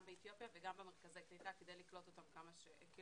גם באתיופיה וגם במרכזי הקליטה כדי לקלוט אותם נכון,